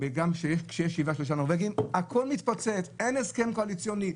-- כבר ברמת ההסכם הקואליציוני.